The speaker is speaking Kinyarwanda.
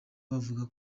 bavuga